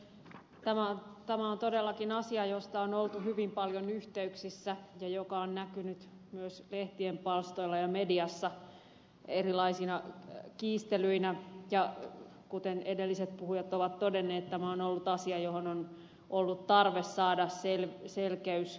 tämä on todellakin asia josta on oltu hyvin paljon yhteyksissä ja joka on näkynyt myös lehtien palstoilla ja mediassa erilaisina kiistelyinä ja kuten edelliset puhujat ovat todenneet tämä on ollut asia johon on ollut tarve saada selkeys